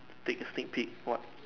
take sneak peak what